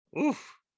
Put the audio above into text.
Oof